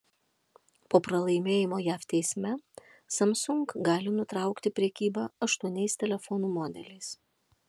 po pralaimėjimo jav teisme samsung gali nutraukti prekybą aštuoniais telefonų modeliais